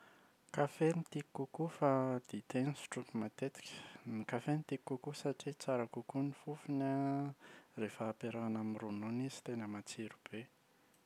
Kafe no tiako kokoa fa dite no sotroiko matetika. Ny kafe no tiako kokoa satria tsara kokoa ny fofony an. Rehefa ampiarahana amin’ny ronono izy tena matsiro be.